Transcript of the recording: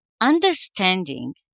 Understanding